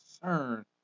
concern